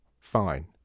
Fine